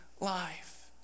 life